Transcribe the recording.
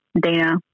Dana